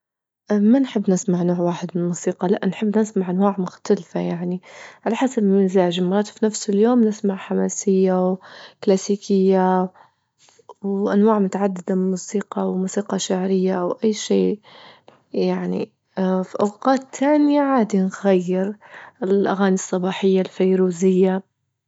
ما نحب نسمع نوع واحد من الموسيقى لا نحب نسمع أنواع مختلفة يعني على حسب المزاج مرات في نفس اليوم نسمع حماسية وكلاسيكية وأنواع متعددة من الموسيقى وموسيقى شعرية أو أي شي يعني في أوقات تانية عادى نغير، الأغاني الصباحية الفيروزية.